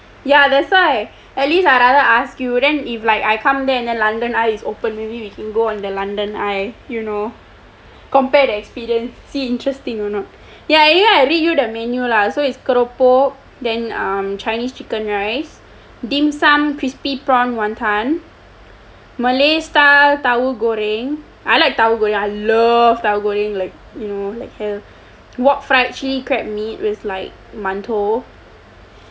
ya that's why I at least I rather ask you then if like I come there and then london eye is open maybe we can go on the london eye you know compare the experience see interesting or not ya like actually I give you the menu lah so is keropok then um chinese chicken rice dim sum crispy prawn wonton malay style tauhu goreng I like tauhu goreng I love tauhu goreng like hell wok fried chilli crab meat with like mantou